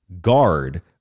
guard